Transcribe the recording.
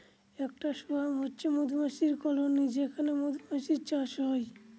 একটা সোয়ার্ম হচ্ছে মৌমাছির কলোনি যেখানে মধুমাছির চাষ হয়